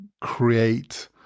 create